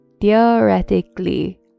theoretically